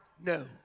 No